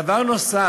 דבר נוסף.